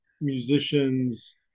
musicians